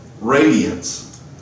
radiance